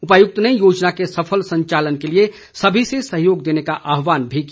उपायुक्त ने योजना के सफल संचालन के लिए सभी से सहयोग देने का आहवान भी किया